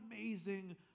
amazing